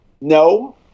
no